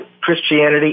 Christianity